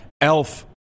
Elf